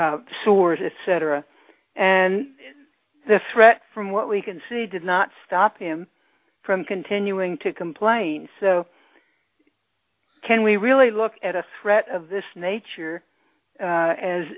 source cetera and the threat from what we can see did not stop him from continuing to complain so can we really look at a threat of this nature